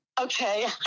Okay